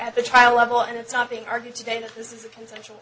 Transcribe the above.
at the trial level and it's not being argued today that this is a consensual